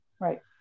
right